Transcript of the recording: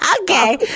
Okay